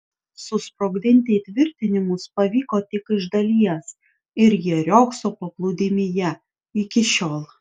susprogdinti įtvirtinimus pavyko tik iš dalies ir jie riogso paplūdimyje iki šiol